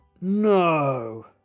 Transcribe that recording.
No